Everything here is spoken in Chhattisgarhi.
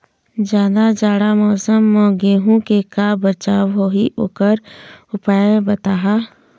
जादा जाड़ा मौसम म गेहूं के का बचाव होही ओकर उपाय बताहा?